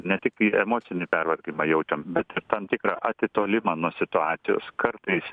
ne tiktai emocinį pervargimą jautčiam bet tam tikrą atitolimą nuo situacijos kartais